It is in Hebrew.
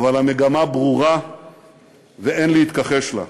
אבל המגמה ברורה ואין להתכחש לה,